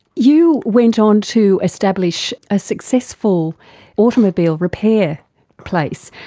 you went on to establish a successful automobile repair place,